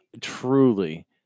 truly